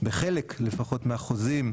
לפחות בחלק מהחוזים,